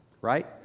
Right